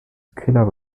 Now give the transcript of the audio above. killer